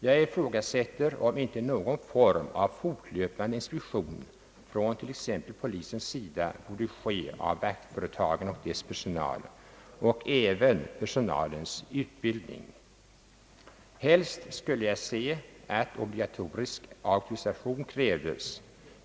Jag ifrågasätter om inte någon form av fortlöpande inspektion från t.ex. polisens sida borde förekomma såväl när det gäller vaktföretagen och deras personal som även när det gäller personalens utbildning. Helst skulle jag se att obligatorisk auktorisation krävdes.